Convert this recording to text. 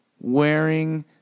wearing